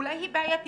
אולי היא בעייתית?